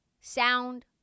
Sound